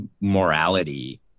morality